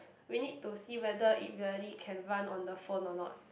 we need to see whether it really can run on the phone or not